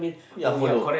ya follow